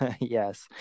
Yes